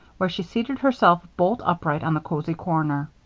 where she seated herself bolt upright on the cozy corner.